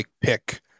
pick